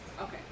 Okay